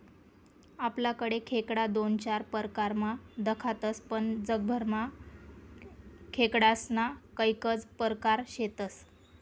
आपलाकडे खेकडा दोन चार परकारमा दखातस पण जगभरमा खेकडास्ना कैकज परकार शेतस